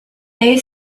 they